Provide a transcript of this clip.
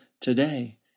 today